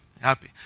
happy